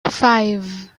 five